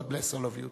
God bless all of you.